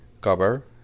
Cover